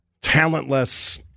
Talentless